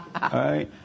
right